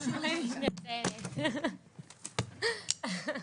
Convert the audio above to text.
הישיבה ננעלה בשעה 13:34.